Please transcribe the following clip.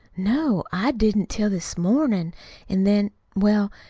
no, i didn't, till this mornin' an' then well,